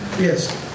yes